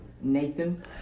Nathan